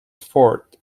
fort